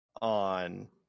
on